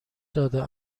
داده